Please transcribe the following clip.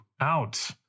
out